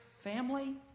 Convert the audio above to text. family